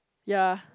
ya